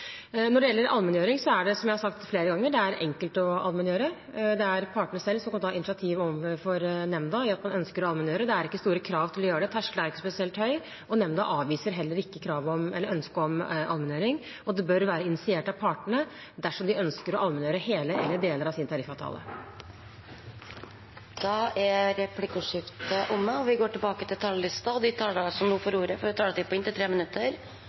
er, som jeg har sagt flere ganger, enkelt å allmenngjøre. Det er partene selv som kan ta initiativ overfor nemnda om at man ønsker å allmenngjøre. Det er ikke store krav til å gjøre det, terskelen er ikke spesielt høy, og nemnda avviser heller ikke ønske om allmenngjøring. Det bør være initiert av partene dersom de ønsker å allmenngjøre hele eller deler av sin tariffavtale. Replikkordskiftet er dermed omme. De talere som heretter får ordet, har en taletid på inntil 3 minutter. Forskjellene i Norge øker, og en viktig grunn til det er at det er press på